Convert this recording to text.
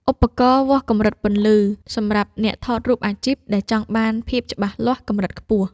ឧបករណ៍វាស់កម្រិតពន្លឺ សម្រាប់អ្នកថតរូបអាជីពដែលចង់បានភាពច្បាស់លាស់កម្រិតខ្ពស់។